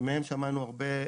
שהזכרתי ובוחנים את